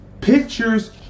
pictures